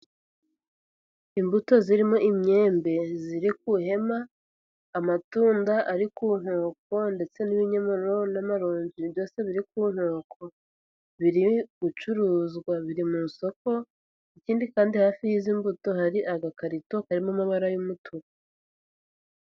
Imbuto zirimo imyembe ziri ku ihema, amatunda ari ku nkoko ndetse n'ibinyomoro n'amarongi byose biri ku nkoko biri gucuruzwa biri mu isoko, ikindi kandi hafi y'izi mbuto hari agakarito karimo amabara y'umutuku.